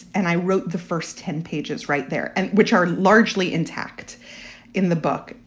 and i wrote the first ten pages right there. and which are largely intact in the book.